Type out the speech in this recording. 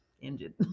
injured